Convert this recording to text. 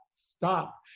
Stop